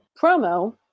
promo